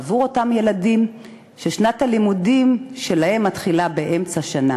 בעבור אותם הילדים ששנת הלימודים שלהם מתחילה באמצע השנה.